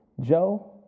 Joe